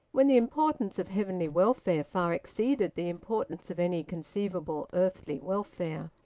when the importance of heavenly welfare far exceeded the importance of any conceivable earthly welfare.